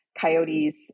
coyotes